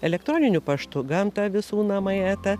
elektroniniu paštu gamta visų namai eta